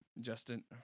Justin